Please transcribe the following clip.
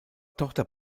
tochter